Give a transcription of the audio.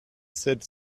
sept